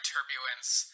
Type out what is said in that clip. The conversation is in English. Turbulence